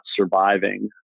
surviving